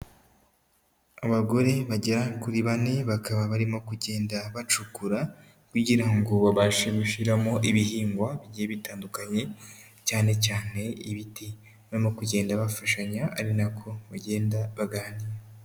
Abagore bagera kuri bane, bakaba barimo kugenda bacukura kugira ngo babashe gushiramo ibihingwa bigiye bitandukanye, cyane cyane ibiti. Barimo kugenda bafashanya ari nako bagenda baganira.